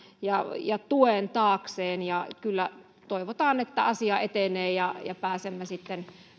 ja ja tuen taakseen ja kyllä toivotaan että asia etenee ja ja pääsemme sitten